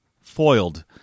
foiled